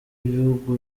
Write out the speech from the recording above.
ibihugu